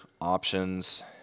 options